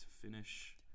finish